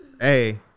Hey